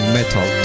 Metal